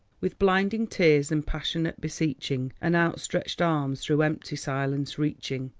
with blinding tears and passionate beseeching, and outstretched arms through empty silence reaching.